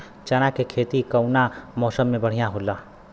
चना के खेती कउना मौसम मे बढ़ियां होला?